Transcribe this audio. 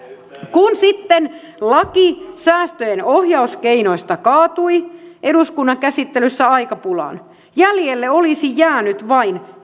kun sitten laki säästöjen ohjauskeinoista kaatui eduskunnan käsittelyssä aikapulaan jäljelle olisi jäänyt vain